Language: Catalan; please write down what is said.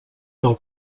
del